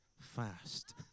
fast